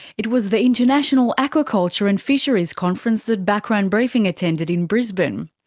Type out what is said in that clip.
it was the international aquaculture and fisheries conference that background briefing attended in brisbane.